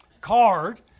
card